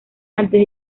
antes